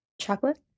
Chocolate